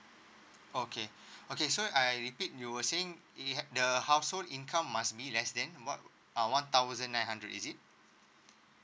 okay okay so I repeat you were saying you have the household income must be less than what uh one thousand nine hundred is it